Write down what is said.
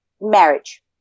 marriage